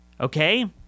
Okay